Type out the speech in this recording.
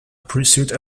pursued